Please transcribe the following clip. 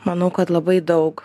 manau kad labai daug